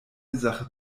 sache